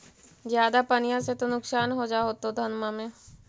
ज्यादा पनिया से तो नुक्सान हो जा होतो धनमा में?